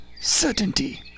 certainty